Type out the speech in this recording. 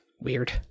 Weird